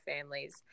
families